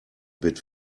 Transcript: bit